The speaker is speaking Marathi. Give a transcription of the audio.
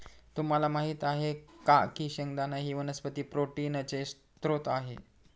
तुम्हाला माहित आहे का की शेंगदाणा ही वनस्पती प्रोटीनचे स्त्रोत आहे